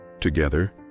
Together